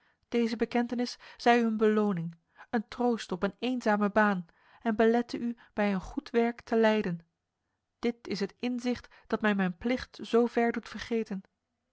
deze bekentenis zij u een beloning een troost op een eenzame baan en belette u bij een goed werk te lijden dit is het inzicht dat mij mijn plicht zo ver doet vergeten